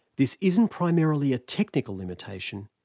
this isn't primarily a technical limitation,